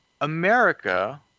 America